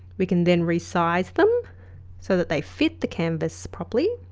we can then resize them so that they fit the canvas properly